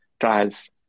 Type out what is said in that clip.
trials